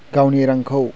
गावनि रांखौ